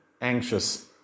anxious